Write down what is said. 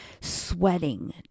sweating